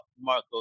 Marco